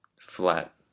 flat